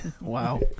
Wow